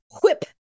whip